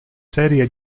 serie